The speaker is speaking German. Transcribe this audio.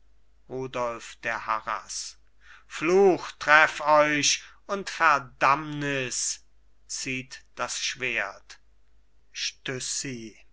der harras fluch treff euch und verdammnis zieht das schwert